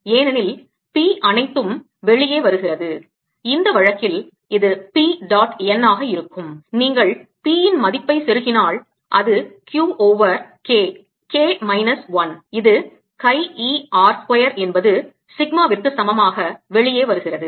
ஏனெனில் p அனைத்தும் வெளியே வருகிறது இந்த வழக்கில் இது p டாட் n ஆக இருக்கும் நீங்கள் p இன் மதிப்பை செருகினால் அது Q over K K minus 1 இது chi e R ஸ்கொயர் என்பது சிக்மாவிற்கு சமமாக வெளியே வருகிறது